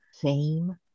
fame